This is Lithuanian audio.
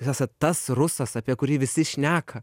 jūs esat tas rusas apie kurį visi šneka